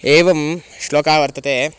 एवं श्लोकः वर्तते